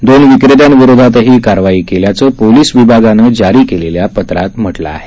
दोन विक्रेत्यांविरोधातही कारवाई केल्याचं पोलिस विभागानं जारी केलेल्या पत्रात सांगितलं आहे